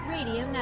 Radio